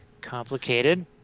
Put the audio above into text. complicated